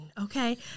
Okay